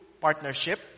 partnership